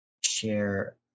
share